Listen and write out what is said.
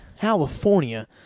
California